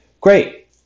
Great